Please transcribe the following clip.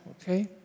okay